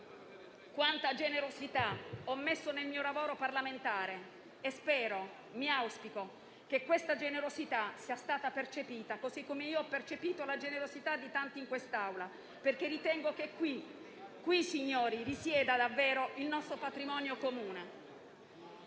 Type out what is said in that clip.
quanta generosità ho messo nel mio lavoro parlamentare e spero, auspico, che questa generosità sia stata percepita, così come io ho percepito la generosità di tanti in quest'Aula perché ritengo che qui, signori, risieda davvero il nostro patrimonio comune.